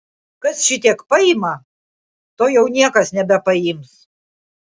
kas šitiek paima to jau niekas nebepaims